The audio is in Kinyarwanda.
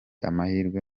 amahirwe